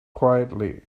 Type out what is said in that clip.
quietly